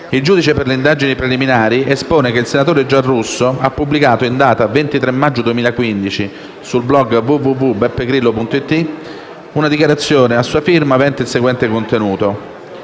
Il giudice per le indagini preliminari espone che il senatore Giarrusso ha pubblicato in data 23 maggio 2015, sul *blog* di Beppe Grillo, una dichiarazione a sua firma avente il seguente contenuto: